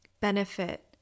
benefit